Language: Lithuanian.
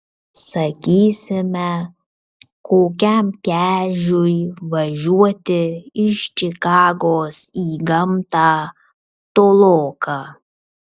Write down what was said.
sakysime kokiam kežiui važiuoti iš čikagos į gamtą toloka